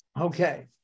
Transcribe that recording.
Okay